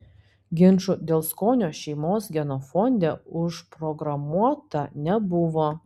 ginčų dėl skonio šeimos genofonde užprogramuota nebuvo